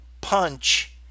punch